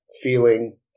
feeling